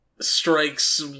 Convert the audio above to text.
strikes